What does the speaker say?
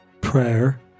prayer